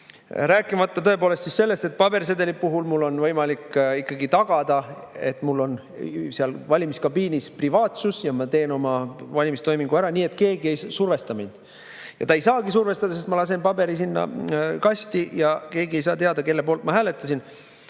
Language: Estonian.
Rääkimata sellest, et pabersedeli puhul on võimalik tagada, et mul on valimiskabiinis privaatsus ja ma teen oma valimistoimingu ära nii, et keegi mind ei survesta. Ei saagi survestada, sest ma lasen paberi kasti ja keegi ei saa teada, kelle poolt ma hääletasin.